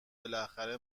بالاخره